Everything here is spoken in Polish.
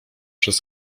przez